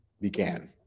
began